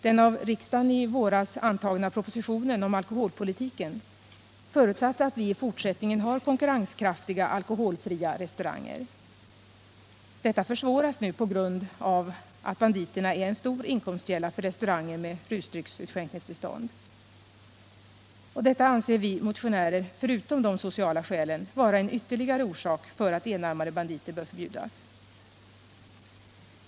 Den av riksdagen i våras antagna propositionen om alkoholpolitiken förutsatte att vi i fortsättningen har konkurrenskraftiga alkoholfria restauranger. Detta försvåras nu på grund av att banditerna är en stor inkomstkälla för restauranger med rusdrycksutskänkningstillstånd. Det anser vi motionärer — förutom de sociala skälen — vara en ytterligare orsak till att enarmade banditer bör förbjudas.